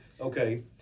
Okay